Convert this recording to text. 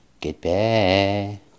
Goodbye